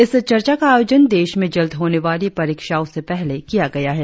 इस चर्चा का आयोजन देश में जल्द होने वाली परीक्षाओं से पहले किया गया है